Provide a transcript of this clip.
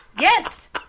Yes